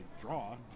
draw